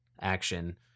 action